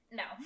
no